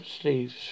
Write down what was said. sleeves